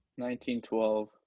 1912